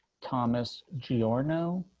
thomas g or no.